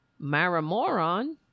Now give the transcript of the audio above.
marimoron